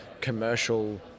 commercial